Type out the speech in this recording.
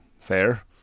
fair